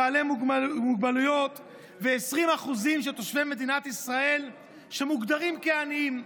בעלי מוגבלויות ו-20% מתושבי מדינת ישראל שמוגדרים כעניים.